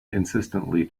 insistently